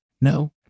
No